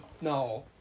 no